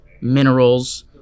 minerals